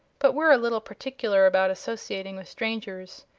but we're a little particular about associating with strangers.